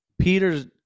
Peter's